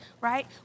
right